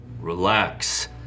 relax